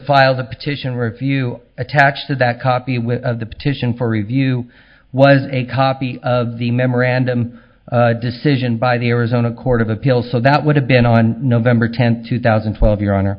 file the petition review attached to that copy with the petition for review was a copy of the memorandum decision by the arizona court of appeals so that would have been on november tenth two thousand and twelve your honor